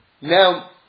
Now